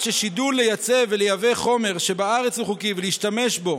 ששידול לייצא ולייבא חומר שבארץ הוא חוקי ולהשתמש בו